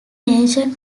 ancient